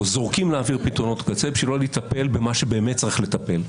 או זורקים לאוויר פתרונות קצה בשביל לא לטפל במה שבאמת צריך לטפל בו.